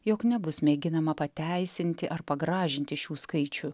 jog nebus mėginama pateisinti ar pagražinti šių skaičių